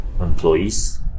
employees